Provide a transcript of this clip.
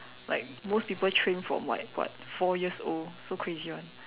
like most people train from like what four years old so crazy [one]